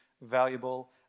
valuable